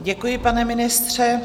Děkuji, pane ministře.